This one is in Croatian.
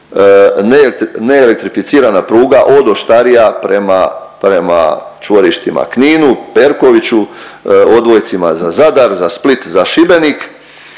neelektrificirana pruga od Oštarija prema čvorištima Kninu, Perkoviću, odvojci za Zadar, za Split, za Šibenik